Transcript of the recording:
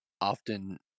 often